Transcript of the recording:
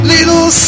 Little